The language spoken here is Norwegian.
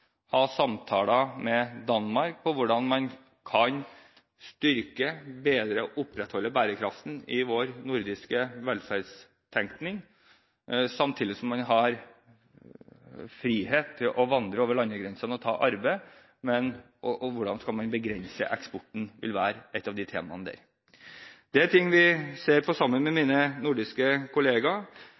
hvordan man kan styrke, bedre og opprettholde bærekraften i vår nordiske velferdstenkning, samtidig som man har frihet til å vandre over landegrensene og ta arbeid. Hvordan man skal begrense eksporten, vil være ett av temaene. Dette er ting jeg ser på sammen med mine nordiske